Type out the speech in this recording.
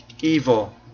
evil